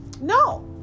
no